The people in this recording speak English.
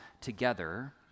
together